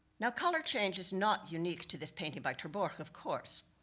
now color change is not unique to this painting by ter borch, of course.